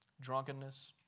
Drunkenness